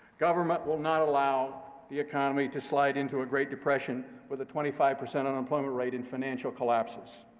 government will not allow the economy to slide into a great depression with a twenty five percent unemployment rate and financial collapses.